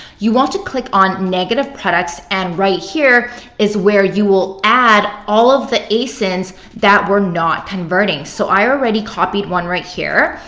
you want to click on negative products and right here is where you will add all of the asins that were not converting. so i already copied one right here.